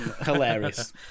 hilarious